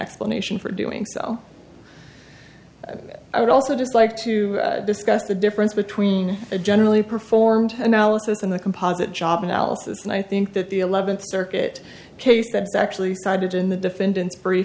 explanation for doing so i would also just like to discuss the difference between a generally performed analysis and the composite job analysis and i think that the eleventh circuit case that is actually cited in the defendant